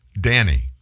Danny